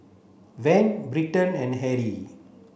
Van Britton and Harry